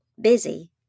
busy